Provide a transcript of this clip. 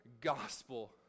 gospel